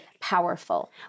powerful